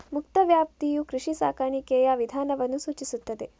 ಮುಕ್ತ ವ್ಯಾಪ್ತಿಯು ಕೃಷಿ ಸಾಕಾಣಿಕೆಯ ವಿಧಾನವನ್ನು ಸೂಚಿಸುತ್ತದೆ